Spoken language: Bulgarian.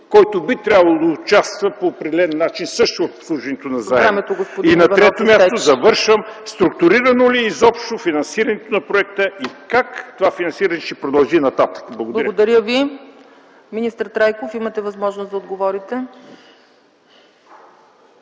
който би трябвало да участва по определен начин също в обслужването на заема? И на трето място, структурирано ли е изобщо финансирането на проекта и как това финансиране ще продължи по-нататък? Благодаря. ПРЕДСЕДАТЕЛ ЦЕЦКА ЦАЧЕВА: Благодаря Ви. Министър Трайков, имате възможност да отговорите.